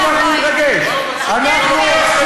חבר